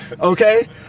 Okay